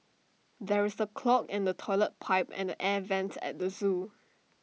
there is A clog in the Toilet Pipe and the air Vents at the Zoo